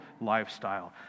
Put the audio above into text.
lifestyle